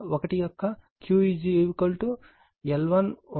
5 103 దీనిని ω0 2